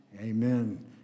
Amen